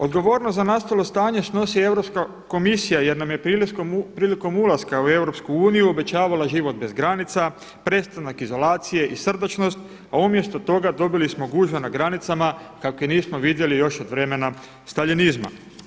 Odgovornost za nastalo stanje snosi Europska komisija jer nam je prilikom ulaska u EU obećavala život bez granica, prestanak izolacije i srdačnost, a umjesto toga dobili smo gužve na granicama kakve nismo vidjeli još od vremena staljinizma.